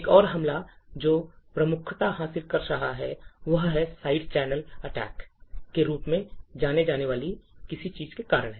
एक और हमला जो प्रमुखता हासिल कर रहा है वह है साइड चैनल अटैक्स के रूप में जानी जाने वाली किसी चीज के कारण